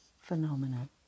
phenomenon